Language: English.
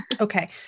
Okay